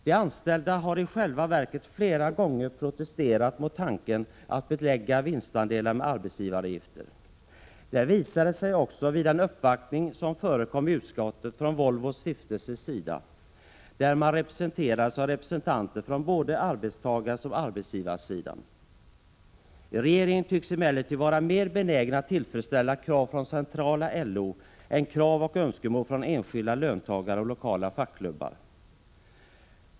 De anställda har i själva verket flera gånger protesterat mot tanken att belägga vinstandelarna med arbetsgivaravgifter. Det visade sig också vid den uppvaktning som Volvos Stiftelse gjorde i utskottet. I stiftelsen man har representanter för både arbetstagaroch arbetsgivarsidan. Regeringen tycks emellertid vara mer benägen att tillfredsställa krav från centrala LO än krav och önskemål från enskilda löntagare och lokala fackklubbar.